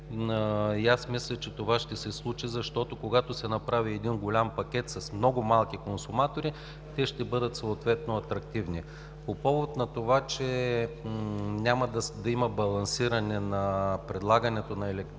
аз мисля, че това ще се случи, защото, когато се направи един голям пакет с много малки консуматори, те ще бъдат съответно атрактивни. По повод на това, че няма да има балансиране на предлагането на електроенергия,